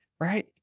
Right